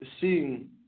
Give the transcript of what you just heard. seeing